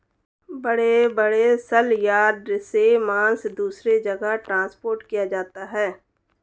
बड़े बड़े सलयार्ड से मांस दूसरे जगह ट्रांसपोर्ट किया जाता है